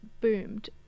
boomed